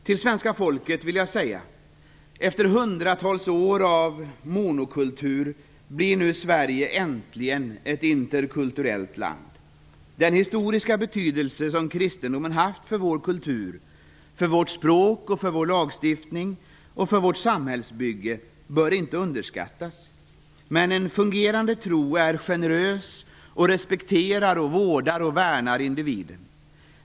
Till svenska folket vill jag säga att Sverige nu äntligen, efter hundratals år av monokultur, blir ett interkulturellt land. Den historiska betydelse som kristendomen har haft för vår kultur, för vårt språk, för vår lagstiftning och för vårt samhällsbygge bör inte underskattas. Men en fungerande tro är generös. Den respekterar, vårdar och värnar individen.